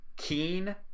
Keen